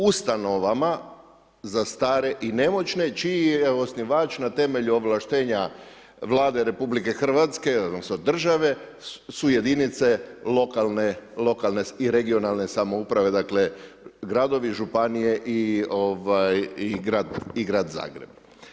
Ustanova za stare i nemoćne čiji je osnivač na temelju ovlaštenja Vlade RH, odnosno, države su jedinice lokalne i regionalne samouprave, dakle, gradovi, županije i Grad Zagreb.